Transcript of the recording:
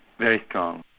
very strong.